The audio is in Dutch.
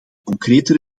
concrete